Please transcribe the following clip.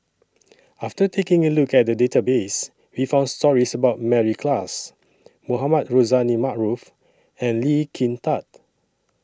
after taking A Look At The Database We found stories about Mary Klass Mohamed Rozani Maarof and Lee Kin Tat